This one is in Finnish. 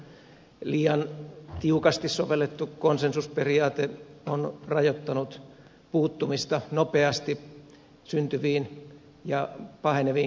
siellä liian tiukasti sovellettu konsensusperiaate on rajoittanut puuttumista nopeasti syntyviin ja paheneviin konflikteihin